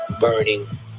burning